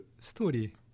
story